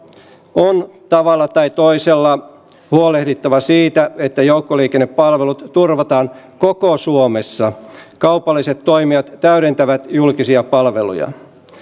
on tavalla tai toisella huolehdittava siitä että joukkoliikennepalvelut turvataan koko suomessa kaupalliset toimijat täydentävät julkisia palveluja